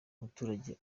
umuturage